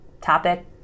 topic